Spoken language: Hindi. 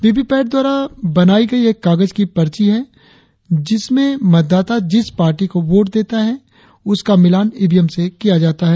वीवीपैट द्वारा बनाई गई एक कागज की पर्ची है जिसमें मतदाता जिस पार्टी को वोट देता है उसका मिलान ईवीएम से किया जाता है